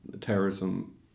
terrorism